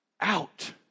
out